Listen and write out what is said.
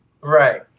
Right